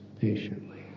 patiently